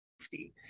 safety